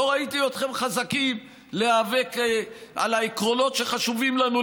לא ראיתי אתכם חזקים בלהיאבק על העקרונות שחשובים לנו,